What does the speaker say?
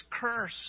curse